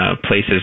places